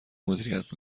مدیریت